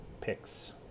picks